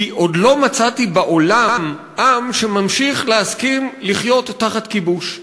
כי עוד לא מצאתי בעולם עם שממשיך להסכים לחיות תחת כיבוש.